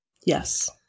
Yes